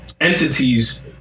entities